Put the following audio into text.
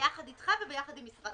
ביחד אתך וביחד עם משרד המשפטים.